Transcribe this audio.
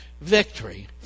victory